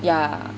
yeah